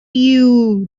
you